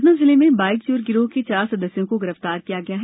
सतना में बाइक चोर गिरोह के चार सदस्यों को गिरफ्तार किया गया है